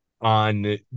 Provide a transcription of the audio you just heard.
on